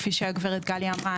כפי שהגברת גליה אמרה,